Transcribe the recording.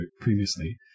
previously